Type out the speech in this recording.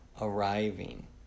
arriving